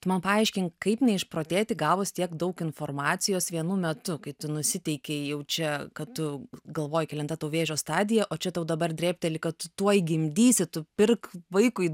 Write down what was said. tu man paaiškink kaip neišprotėti gavus tiek daug informacijos vienu metu kai tu nusiteikei jau čia kad tu galvoji kelinta tau vėžio stadija o čia tau dabar drėbteli kad tuoj gimdysi tu pirk vaikui